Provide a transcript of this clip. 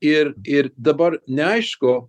ir ir dabar neaišku